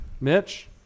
Mitch